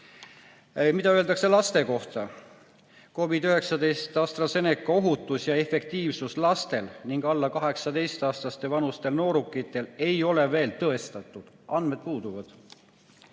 Mida öeldakse laste kohta? COVID‑19 vaktsiini AstraZeneca ohutus ja efektiivsus lastel ning alla 18-aastastel noorukitel ei ole veel tõestatud. Andmed puuduvad.